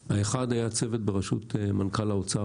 אחד היה צוות בראשות מנכ"ל האוצר,